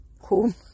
home